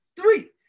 three